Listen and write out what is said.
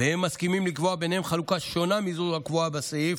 והם מסכימים לקבוע ביניהם חלוקה שונה מזו הקבועה בסעיף,